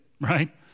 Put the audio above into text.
right